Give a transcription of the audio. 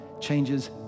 changes